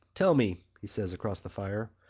tell me, he said across the fire,